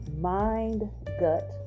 mind-gut